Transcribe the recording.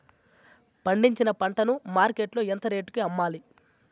పండించిన పంట ను మార్కెట్ లో ఎంత రేటుకి అమ్మాలి?